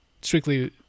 strictly